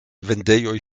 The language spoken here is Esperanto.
vendejoj